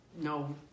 no